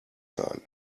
sein